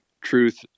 Truth